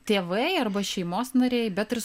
tėvai arba šeimos nariai bet ir